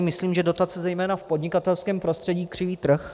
Myslím, že dotace zejména v podnikatelském prostředí křiví trh.